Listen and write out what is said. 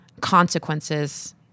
Consequences